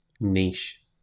niche